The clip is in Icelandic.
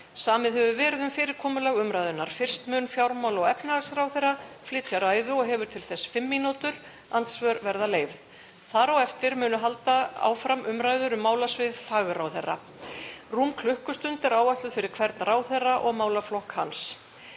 Samið hefur verið um fyrirkomulag umræðunnar. Fyrst mun fjármála- og efnahagsráðherra flytja ræðu og hefur til þess fimm mínútur. Andsvör verða leyfð. Þar á eftir munu halda áfram umræður um málasvið fagráðherra. Rúm klukkustund er áætluð fyrir hvern ráðherra og málaflokk hans.